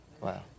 Wow